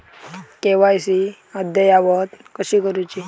KYC अद्ययावत कशी करुची?